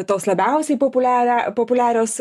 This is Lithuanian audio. tos labiausiai populiarią populiarios